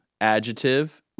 Adjective